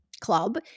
club